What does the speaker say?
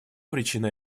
причина